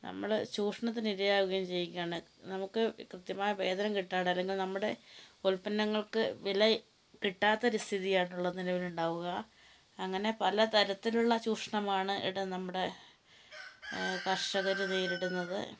നമ്മൾ ചൂഷണത്തിന് ഇരയാവുകയും ചെയ്യുകയാണ് നമുക്ക് കൃത്യമായ വേതനം കിട്ടാണ് അല്ലെങ്കിൽ നമ്മുടെ ഉൽപ്പന്നങ്ങൾക്ക് വില കിട്ടാത്ത ഒരു സ്ഥിതിയാണ് ഉള്ളത് നിലവിൽ ഉണ്ടാവുക അങ്ങനെ പല തരത്തിലുള്ള ചൂഷണമാണ് ഇവിടെ നമ്മുടെ കർഷകർ നേരിടുന്നത്